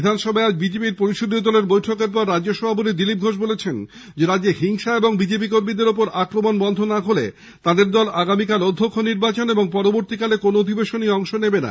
বিধানসভায় আজ বিজেপির পরিষদীয় দলের বৈঠকের পর রাজ্য সভাপতি দিলীপ ঘোষ জানিয়েছেন রাজ্যে হিংসা এবং বিজেপি কর্মীদের উপর আক্রমণ বন্ধ না হলে তাদের দল আগামীকাল অধ্যক্ষ নির্বাচন এবং পরবর্তীকালে কোন অধিবেশনেই অংশ নেবে না